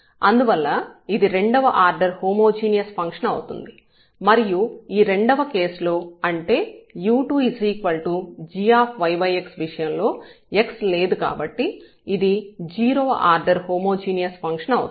అందువల్ల ఇది రెండవ ఆర్డర్ హోమోజీనియస్ ఫంక్షన్ అవుతుంది మరియు ఈ రెండవ కేస్ లో అంటే u2 gyx విషయంలో x లేదు కాబట్టి ఇది 0 వ ఆర్డర్ హోమోజీనియస్ ఫంక్షన్ అవుతుంది